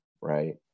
right